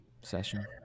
session